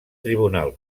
tribunal